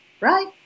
right